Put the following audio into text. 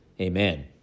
Amen